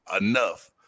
enough